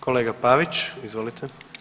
Kolega Pavić, izvolite.